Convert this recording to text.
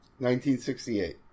1968